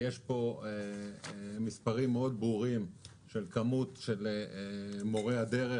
יש פה מספרים ברורים מאוד של מספר מורי הדרך,